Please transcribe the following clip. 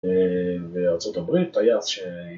וארצות הברית היה..